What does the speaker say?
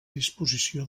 disposició